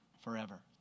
forever